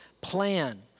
Plan